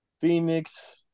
Phoenix